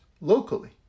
locally